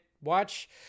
Watch